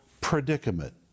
predicament